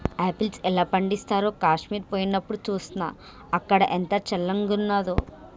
apples ఎలా పండిస్తారో కాశ్మీర్ పోయినప్డు చూస్నా, అక్కడ ఎంత చల్లంగున్నాదో